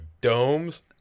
domes